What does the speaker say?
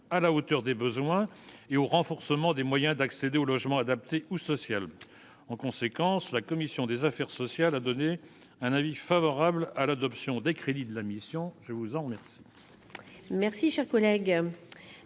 à la hauteur des besoins et au renforcement des moyens d'accéder au logement adapté ou en conséquence, la commission des affaires sociales a donné un avis favorable à l'adoption des crédits de la mission, je vous en. Merci,